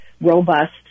robust